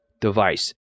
device